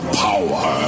power